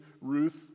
Ruth